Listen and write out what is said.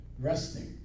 Resting